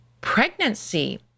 pregnancy